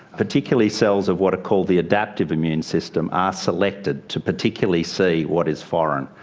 particularly cells of what are called the adaptive immune system are selected to particularly see what is foreign.